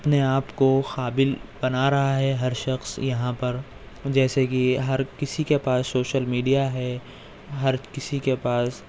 اپنے آپ کو قابل بنا رہا ہے ہر شخص یہاں پر جیسے کہ ہر کسی کے پاس شوشل میڈیا ہے ہر کسی کے پاس